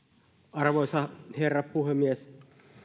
arvoisa herra puhemies